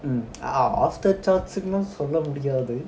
um ah after thought இன்னும்சொல்லமுடியாதது:innum solla mudiyathadhu